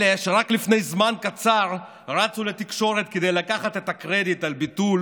אלה שרק לפני זמן קצר רצו לתקשורת כדי לקחת את הקרדיט על הביטול